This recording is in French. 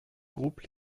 groupe